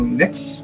next